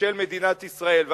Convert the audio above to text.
ושל מדינת ישראל.